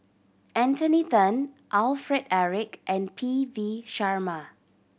Anthony Then Alfred Eric and P V Sharma